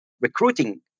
recruiting